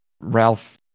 Ralph